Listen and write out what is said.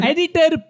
Editor